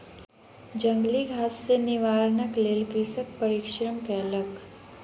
जंगली घास सॅ निवारणक लेल कृषक परिश्रम केलक